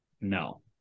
No